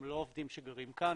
הם לא עובדים שגרים כאן,